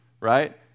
right